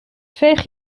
veeg